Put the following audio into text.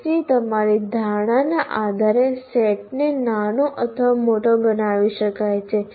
કોર્સની તમારી ધારણાના આધારે સેટને નાનો અથવા મોટો બનાવી શકાય છે